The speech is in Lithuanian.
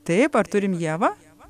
taip ar turim ievą